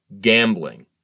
gambling